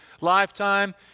Lifetime